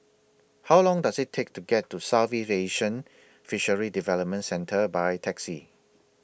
How Long Does IT Take to get to Southeast Asian Fisheries Development Centre By Taxi